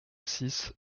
six